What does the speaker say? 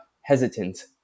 hesitant